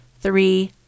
three